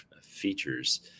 features